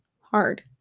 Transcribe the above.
hard